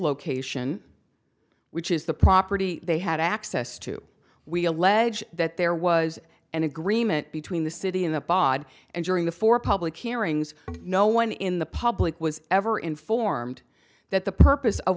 location which is the property they had access to we allege that there was an agreement between the city and the bod and during the four public hearings no one in the public was ever informed that the purpose of